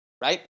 Right